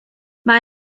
mae